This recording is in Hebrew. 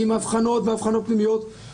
שריון חוקי יסוד,